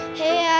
hey